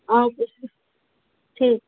और कुछ ठीक